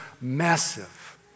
massive